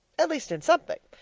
at least in something.